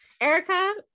Erica